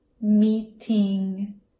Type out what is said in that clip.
meeting